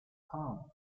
kong